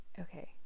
okay